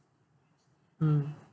mm